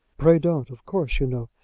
pray don't. of course, you know,